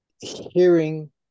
hearing